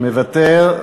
מוותר.